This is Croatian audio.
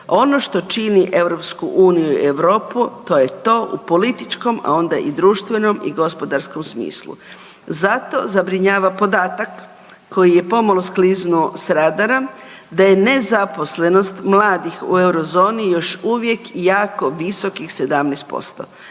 Ono što čini EU i Europu to je to u političkom, a onda i društvenom i gospodarskom smislu. Zato zabrinjava podatak koji je pomalo skliznuo s radara da je nezaposlenost mladih u Eurozoni još uvijek jako visokih 17%.